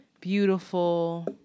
beautiful